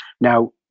Now